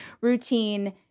routine